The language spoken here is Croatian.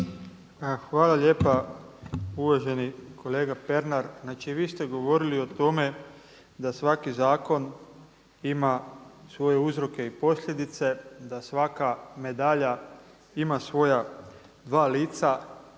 Hvala lijepa. Uvaženi kolega Pernar, znači vi ste govorili o tome da svaki zakon ima svoje uzroke i posljedice, da svaka medalja ima svoja dva lica.